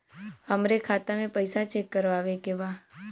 हमरे खाता मे पैसा चेक करवावे के बा?